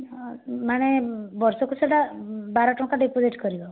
ମାନେ ବର୍ଷକୁ ସେଇଟା ବାର ଟଙ୍କା ଡିପୋଜିଟ୍ କରିବ